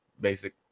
basic